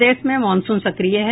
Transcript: प्रदेश में मॉनसून सक्रिय है